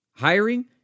hiring